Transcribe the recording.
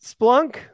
Splunk